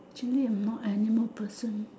actually I'm not animal person